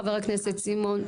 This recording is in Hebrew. חבר הכנסת סימון,